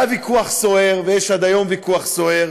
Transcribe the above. היה ויכוח סוער, ויש עד היום ויכוח סוער,